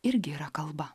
irgi yra kalba